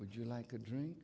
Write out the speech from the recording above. would you like a drink